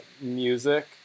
music